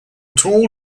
tall